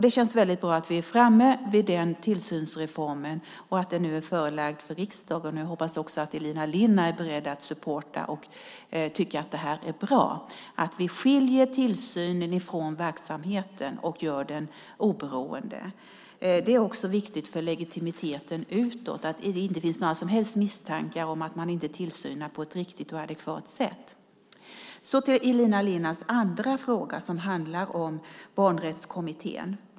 Det känns väldigt bra att vi är framme vid tillsynsreformen och att den nu är förelagd riksdagen. Jag hoppas att också Elina Linna är beredd att ge den sin support och tycker att det är bra att vi skiljer tillsynen från verksamheten och gör den oberoende. Det är också viktigt för legitimiteten utåt att det inte finns några som helst misstankar om att man inte utövar tillsyn på ett riktigt och adekvat sätt. Så till Elina Linnas andra fråga som handlar om barnrättskommittén.